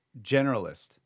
generalist